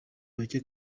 bake